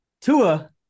Tua